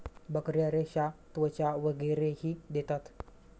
बकऱ्या रेशा, त्वचा वगैरेही देतात